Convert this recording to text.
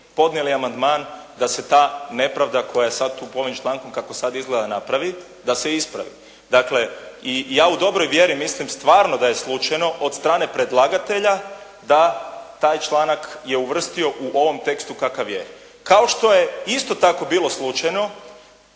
podnijeli amandman da se ta nepravda koja je tu sad ovim člankom kako sada izgleda napravi da se ispravi. Dakle, i ja u dobroj vjeri stvarno mislim da je slučajno od strane predlagatelja da taj članak je uvrstio u ovom tekstu kakav je, kao što je isto tako bilo slučajno